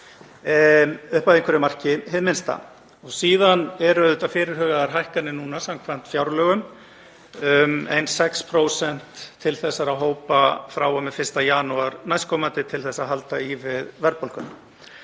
upp að einhverju marki hið minnsta. Síðan eru fyrirhugaðar hækkanir núna samkvæmt fjárlögum um ein 6% til þessara hópa frá og með 1. janúar næstkomandi til að halda í við verðbólguna.